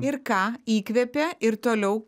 ir ką įkvepia ir toliau